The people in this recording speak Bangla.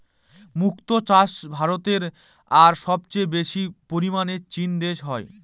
মক্তো চাষ ভারতে আর সবচেয়ে বেশি পরিমানে চীন দেশে হয়